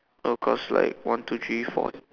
oh cause like one two three four